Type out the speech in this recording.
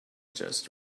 just